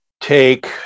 take